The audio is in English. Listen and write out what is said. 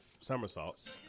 somersaults